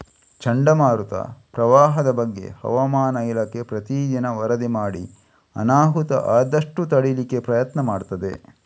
ಚಂಡಮಾರುತ, ಪ್ರವಾಹದ ಬಗ್ಗೆ ಹವಾಮಾನ ಇಲಾಖೆ ಪ್ರತೀ ದಿನ ವರದಿ ಮಾಡಿ ಅನಾಹುತ ಆದಷ್ಟು ತಡೀಲಿಕ್ಕೆ ಪ್ರಯತ್ನ ಮಾಡ್ತದೆ